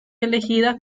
elegida